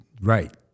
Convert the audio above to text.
Right